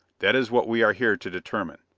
that is what we are here to determine.